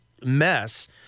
mess